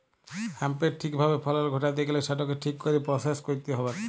হ্যাঁম্পের ঠিক ভাবে ফলল ঘটাত্যে গ্যালে সেটকে ঠিক কইরে পরসেস কইরতে হ্যবেক